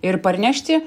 ir parnešti